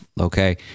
okay